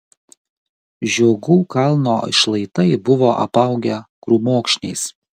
žiogų kalno šlaitai buvo apaugę krūmokšniais